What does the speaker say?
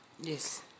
Yes